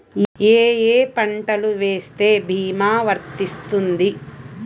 ఏ ఏ పంటలు వేస్తే భీమా వర్తిస్తుంది?